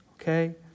okay